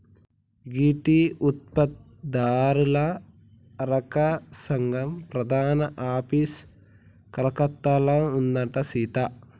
గీ tea ఉత్పత్తి దారుల అర్తక సంగం ప్రధాన ఆఫీసు కలకత్తాలో ఉందంట సీత